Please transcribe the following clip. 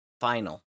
final